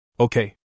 Okay